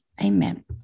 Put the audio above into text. amen